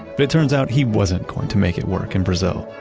but it turns out he wasn't going to make it work in brazil.